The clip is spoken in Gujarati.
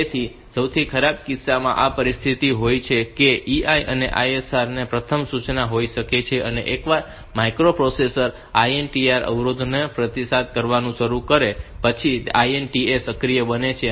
તેથી સૌથી ખરાબ કિસ્સામાં આ પરિસ્થિતિ હોય છે કે EI એ ISR ની પ્રથમ સૂચના હોઈ શકે છે અને એકવાર માઇક્રોપ્રોસેસર INTR અવરોધોને પ્રતિસાદ આપવાનું શરૂ કરે પછી INTA સક્રિય બને છે